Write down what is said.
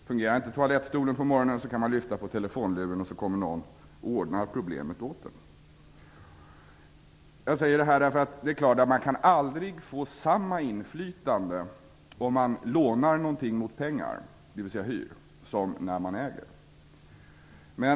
Fungerar inte toalettstolen på morgonen kan man lyfta på telefonluren och så kommer någon och ordnar problemet åt en. Jag säger detta därför att det är klart att man aldrig kan få samma inflytande om man lånar någonting mot pengar, dvs. hyr, som när man äger.